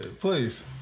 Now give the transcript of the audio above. Please